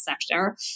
sector